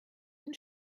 den